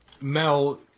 Mel